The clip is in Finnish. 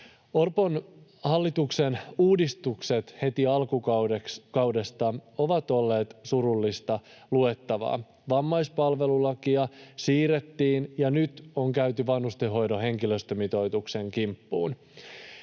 Orpon hallituksen uudistukset heti alkukaudesta ovat olleet surullista luettavaa. Vammaispalvelulakia siirrettiin, ja nyt on käyty vanhustenhoidon henkilöstömitoituksen kimppuun.